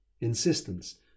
insistence